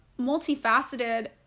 multifaceted